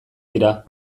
dira